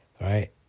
right